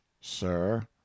sir